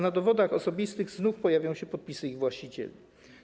Na dowodach osobistych znów pojawią się podpisy ich właścicieli.